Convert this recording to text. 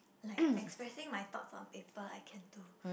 like expressing my thought from paper I can do